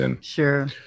Sure